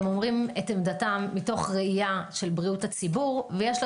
הם אומרים את עמדתם מתוך ראייה של בריאות הציבור ויש לה